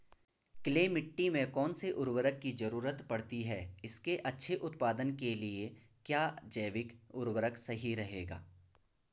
Clay मिट्टी में कौन से उर्वरक की जरूरत पड़ती है इसके अच्छे उत्पादन के लिए क्या जैविक उर्वरक सही रहेगा?